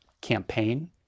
campaign